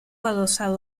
adosado